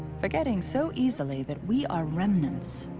forgetting so easily that we are remnants,